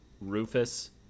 Rufus